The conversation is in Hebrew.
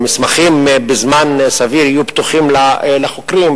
שלאחר זמן סביר מסמכים יהיו פתוחים לחוקרים,